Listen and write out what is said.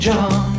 John